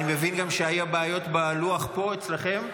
אני מבין שגם היו בעיות בלוח פה אצלכם.